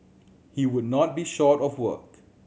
he would not be short of work